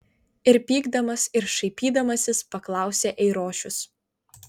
ir pykdamas ir šaipydamasis paklausė eirošius